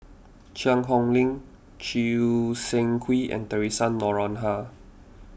Cheang Hong Lim Choo Seng Quee and theresa Noronha